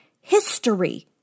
history